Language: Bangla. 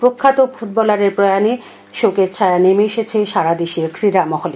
প্রখ্যাত ফুটলারের প্রয়ানে শোকের ছায়া নেমে এসেছে সারা দেশের ক্রীড়া মহলে